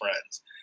friends